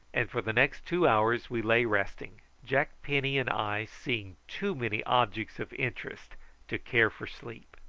and for the next two hours we lay resting, jack penny and i seeing too many objects of interest to care for sleep.